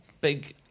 big